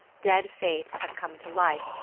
dead faiths have come to life,